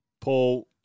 Paul